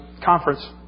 conference